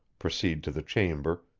proceed to the chamber,